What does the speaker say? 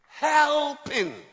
Helping